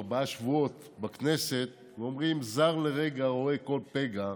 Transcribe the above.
ארבעה שבועות בכנסת, אומרים: זר לרגע רואה כל פגע.